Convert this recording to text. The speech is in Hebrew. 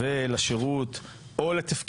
דבר שני, זה לא על הליך שהוא יוזם.